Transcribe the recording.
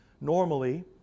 Normally